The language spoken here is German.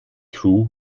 crew